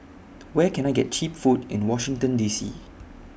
Where Can I get Cheap Food in Washington D C